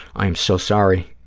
i am so sorry.